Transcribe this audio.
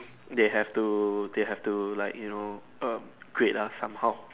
they have to they have to like you know um grade lah somehow